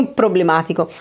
problematico